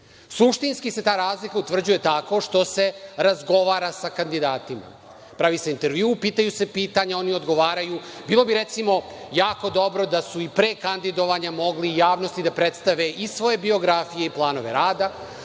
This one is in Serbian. Suštinski se ta razlika utvrđuje tako što se razgovara sa kandidatima, pravi se intervju, postavljaju se pitanja, oni odgovaraju. Bilo bi jako dobro da su i pre kandidovanja mogli javnosti da predstave i svoje biografije i planove rada,